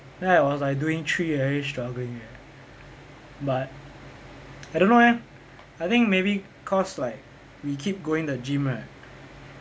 then I was like doing three and already struggling eh but I don't know eh I think maybe cause like we keep going the gym right